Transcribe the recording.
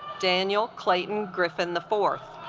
daniel clayton griffin the four